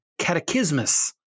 catechismus